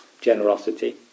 generosity